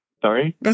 Sorry